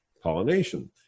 pollination